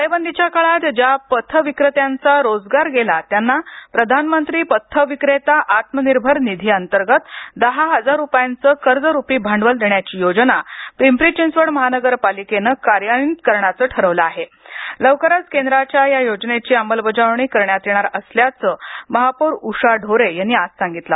टाळेबंदीच्या काळात ज्या पथ विक्रेत्यांचा रोजगार गेला त्यांना प्रधानमंत्री पाठविक्रेता आत्मनिर्भर निधीअंतर्गत दहा हजार रुपयांचे कर्जरूपी भांडवल देण्याची योजना पिंपरी चिंचवड महापालिकेने कार्यान्वित करण्याचे ठरवले असून लवकरच केंद्राच्या या योजनेची अंमलबजावणी करण्यात येणार असल्याचं महापौर उषा ढोरे यांनी आज सांगितलं